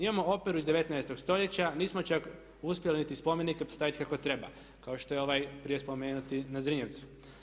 Imamo operu iz 19. stoljeća, nismo čak uspjeli niti spomenike postaviti kako treba, kao što je ovaj prije spomenuti na Zrinjevcu.